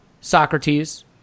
Socrates